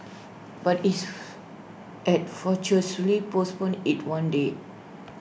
but if had fortuitously postponed IT one day